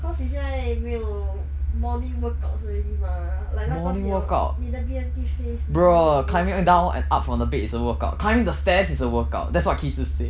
cause 你现在没有 morning workout already mah like last time 你要你的 B_M_T phase 你还有 workout 一点点